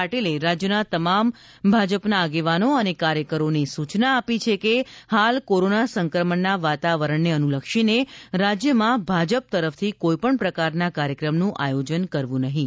પાટીલે રાજ્યના તમામ ભાજપના આગેવાનો અને કાર્યકરોને સૂચના આપી છે કે હાલ કોરોના સંક્રમણના વાતાવરણને અનુલક્ષીને રાજ્યમાં ભાજપ તરફથી કોઈપણ પ્રકારના કાર્યક્રમનું આયોજન કરવું નહીં